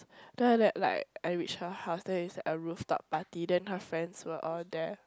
then after that like I reach her house then it's like a rooftop party then her friends were all there